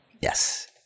Yes